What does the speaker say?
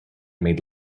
made